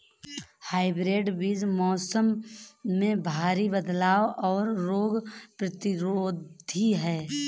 hybrid बीज मौसम में भारी बदलाव और रोग प्रतिरोधी हैं